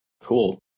cool